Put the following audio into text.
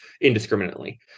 indiscriminately